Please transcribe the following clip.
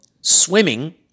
swimming